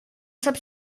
sap